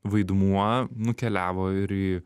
vaidmuo nukeliavo ir į